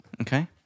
Okay